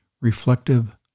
Reflective